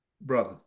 Brother